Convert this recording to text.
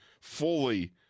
fully